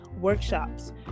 workshops